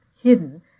hidden